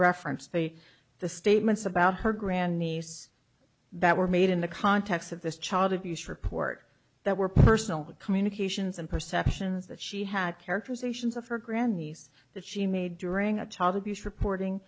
referenced the the statements about her grand niece that were made in the context of this child abuse report that were personal communications and perceptions that she had characterizations of her grand niece that she made during a child abuse reporting